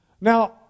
Now